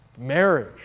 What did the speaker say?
marriage